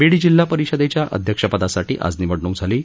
बीड जिल्हा परिषदेच्या अध्यक्षपदासाठी आज निवडणूक होत आहे